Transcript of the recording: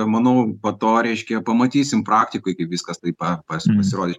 manau po to reiškia pamatysim praktikoj kaip viskas taip pa pasirodys